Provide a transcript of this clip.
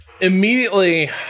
Immediately